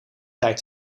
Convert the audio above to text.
tijd